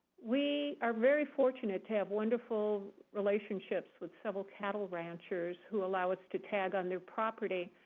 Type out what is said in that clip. we are very fortunate to have wonderful relationships with several cattle ranchers, who allow us to tag on their property.